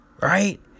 right